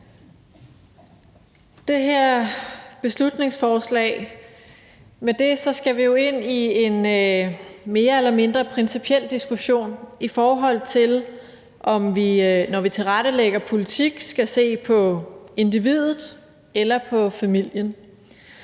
Med det her beslutningsforslag skal vi jo ind i en mere eller mindre principiel diskussion, i forhold til om vi, når vi tilrettelægger politik, skal se på individet eller på familien.